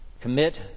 commit